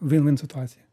vin vin situacija